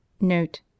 note